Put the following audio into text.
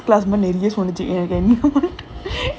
ஏற்கனவே சொல்லுச்சு:erkanavae solluchu physics class